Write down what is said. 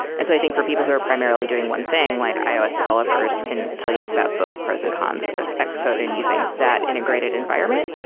and so i think for people who are primarily doing one thing, like ios developers can tell you about both the pros and cons of xcode and using that integrated environment.